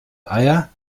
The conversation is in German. eier